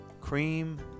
cream